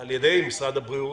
על ידי משרד הבריאות,